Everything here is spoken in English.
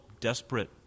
desperate